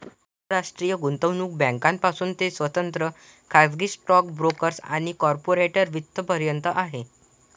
आंतरराष्ट्रीय गुंतवणूक बँकांपासून ते स्वतंत्र खाजगी स्टॉक ब्रोकर्स आणि कॉर्पोरेट वित्त पर्यंत आहे